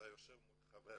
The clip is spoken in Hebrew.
אתה יושב מול חבר.